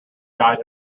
died